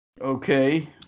Okay